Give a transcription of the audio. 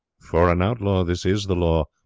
for an outlaw this is the law,